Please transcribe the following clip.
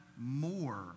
more